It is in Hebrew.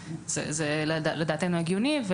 זה לדעתנו הגיוני.